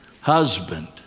husband